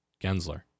Gensler